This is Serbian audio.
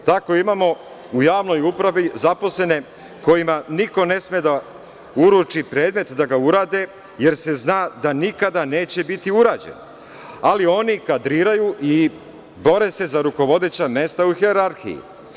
Tako imamo u javnoj upravi zaposlene kojima niko ne sme da uruči predmet da ga urade, jer se zna da nikada neće biti urađen, ali oni kadriraju i bore se za rukovodeća mesta u hijerarhiji.